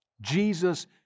Jesus